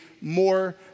more